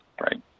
right